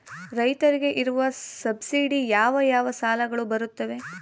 ರೈತರಿಗೆ ಇರುವ ಸಬ್ಸಿಡಿ ಯಾವ ಯಾವ ಸಾಲಗಳು ಬರುತ್ತವೆ?